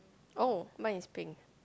oh mine is pink